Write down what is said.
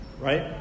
right